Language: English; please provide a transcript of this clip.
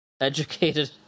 educated